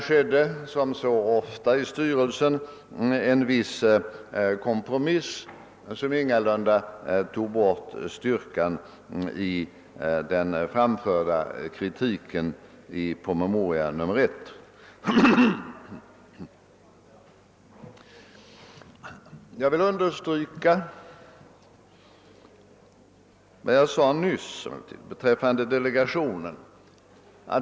Därefter uppnåddes, såsom så ofta blivit fallet i en styrelse, ett uttalande som i viss mån innebar en kompromiss men som ingalunda förtog styrkan i den i den förstnämnda prome Jag vill understryka vad jag nyss sade beträffande delegationen.